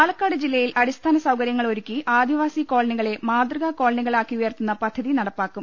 പാലക്കാട് ജില്ലയിൽ അടിസ്ഥാനസൌകരൃങ്ങൾ ഒരുക്കി ആദിവാസി കോളനികളെ മാതൃകാ കോളനികളാക്കി ഉയർത്തുന്ന പദ്ധതി നടപ്പാക്കും